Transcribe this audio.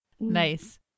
Nice